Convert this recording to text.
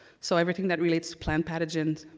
so everything that relates to planned pathogens.